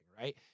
right